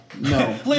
No